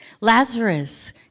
Lazarus